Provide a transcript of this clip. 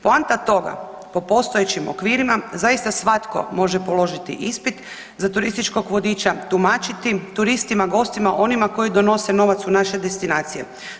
Poanta toga po postojećim okvirima zaista svatko može položiti ispit za turističkog vodiča, tumačiti turistima, gostima, onima koji donose novac u naše destinacije.